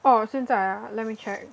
orh 现在 ah let me check